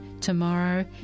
tomorrow